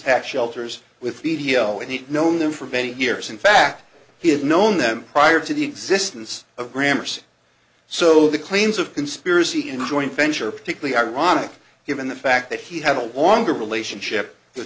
tax shelters with medio and he'd known them for many years in fact he had known them prior to the existence of grammars so the claims of conspiracy in the joint venture particularly ironic given the fact that he had a longer relationship the